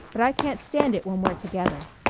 but i can't stand it when we're together.